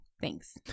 Thanks